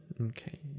okay